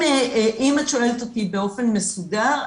אם את שואלת אותי באופן מסודר,